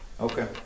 Okay